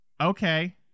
okay